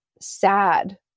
sad